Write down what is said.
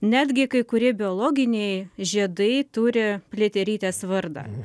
netgi kai kurie biologiniai žiedai turi pliaterytės vardą